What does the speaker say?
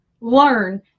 learn